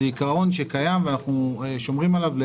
זה עיקרון שקיים ואנחנו שומרים עליו.